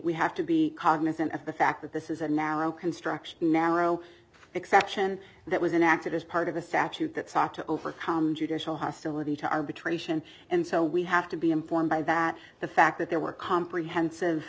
we have to be cognizant of the fact that this is a narrow construction narrow exception that was an active as part of the satcher that sought to overcome judicial hostility to arbitration and so we have to be informed by that the fact that there were comprehensive